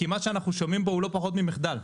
מה שאנחנו שומעים פה הוא לא פחות ממחדל.